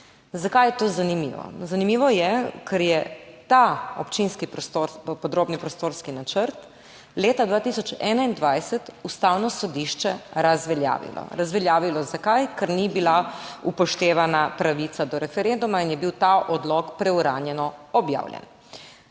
Zakaj je to zanimivo? Zanimivo je, ker je ta občinski podrobni prostorski načrt leta 2021 Ustavno sodišče razveljavilo. Razveljavilo zakaj? Ker ni bila upoštevana pravica do referenduma in je bil ta odlok preuranjeno objavljen.